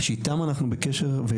שאיתם אנחנו בקשר.